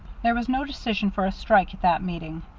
there was no decision for a strike at that meeting.